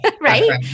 right